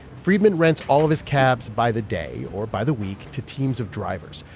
freidman rents all of his cabs by the day or by the week to teams of drivers.